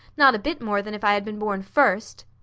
not a bit more than if i had been born first.